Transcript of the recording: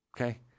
okay